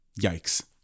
yikes